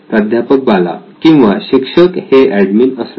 प्राध्यापक बाला किंवा शिक्षक हे एडमिन असणे